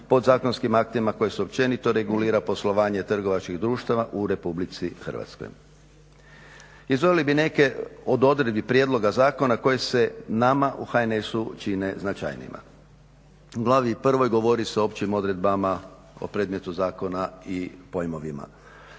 podzakonskim aktima koji se općenito regulira poslovanje trgovačkih društava u RH. Izdvojili bi neke od odredbi prijedloga zakona koje se nama u HNS-u čine značajnijima. U glavi prvoj govori se o općim odredbama o predmetu zakona i pojmovima.